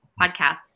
podcasts